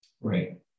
Right